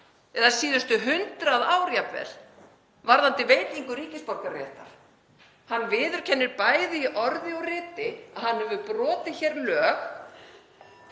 eða síðustu 100 ár jafnvel varðandi veitingu ríkisborgararéttar. Hann viðurkennir bæði í orði og í riti að hann hefur brotið lög.